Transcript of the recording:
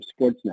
Sportsnet